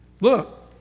Look